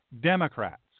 Democrats